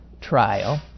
trial